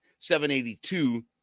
782